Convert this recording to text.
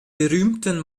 berühmten